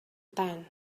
tent